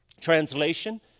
Translation